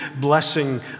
blessing